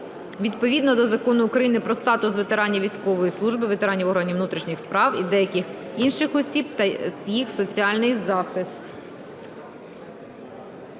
відповідно до Закону України "Про статус ветеранів військової служби, ветеранів органів внутрішніх справ і деяких інших осіб та їх соціальний захист".